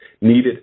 needed